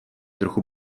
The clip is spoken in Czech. trochu